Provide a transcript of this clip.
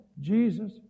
Jesus